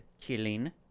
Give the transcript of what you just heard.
killing